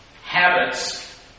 habits